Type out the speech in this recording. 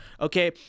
Okay